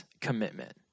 commitment